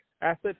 Assets